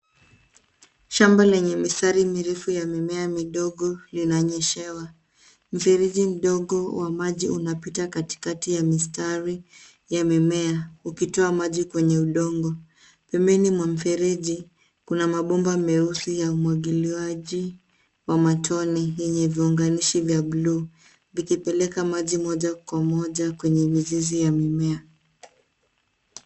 Shamba lenye mistari mirefu ya mimea midogo linanyeshewa. Mfereji mdogo wa maji unapita katikati ya mistari ya mimea ukitoa maji kwenye udongo. Pembeni mwa mfereji, kuna mabomba meusi ya umwagiliaji wa matone yenye viunganishi vya bluu, vikipeleka maji moja kwa moja kwenye mizizi ya mimea.